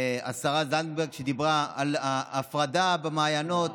השרה זנדברג דיברה על ההפרדה במעיינות,